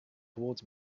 towards